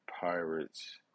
Pirates